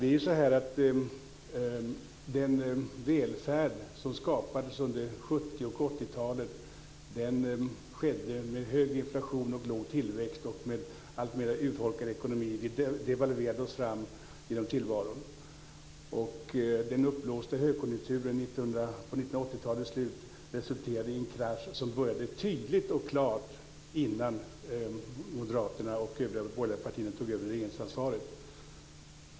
Den välfärd som skapades under 70 och 80-talet skedde med hög inflation och låg tillväxt och med alltmer urholkad ekonomi. Vi devalverade oss fram genom tillvaron. Den uppblåsta högkonjunkturen på 1980-talets slut resulterade i en krasch som började tydligt och klart innan Moderaterna och de övriga borgerliga partierna tog över regeringsansvaret.